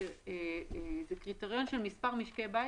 את הקריטריון של מספר משקי בית,